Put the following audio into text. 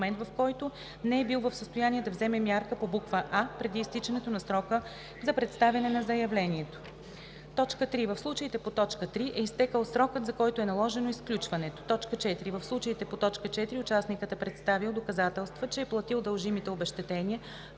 в който не е бил в състояние да вземе мярка по буква „а“ преди изтичането на срока за представяне на заявлението; 3. в случаите по т. 3 е изтекъл срокът, за който е наложено изключването; 4. в случаите по т. 4 участникът е представил доказателства, че е платил дължимите обезщетения,